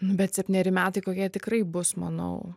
nu bet septyneri metai kokie tikrai bus manau